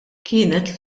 kienet